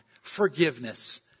forgiveness